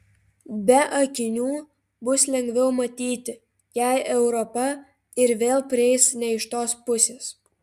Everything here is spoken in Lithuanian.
be akinių bus lengviau matyti jei europa ir vėl prieis ne iš tos pusės